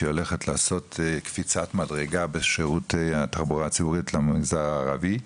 שהיא הולכת לעשות קפיצת מדרגה בשירות התחבורה הציבורית למגזר הערבי.